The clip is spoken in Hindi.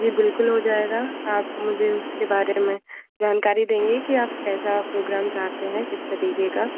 जी बिल्कुल हो जाएगा आप मुझे उसके बारे में जानकारी देंगे कि आप कैसा प्रोग्राम चाहते हैं किस तरीक़े का